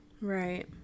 Right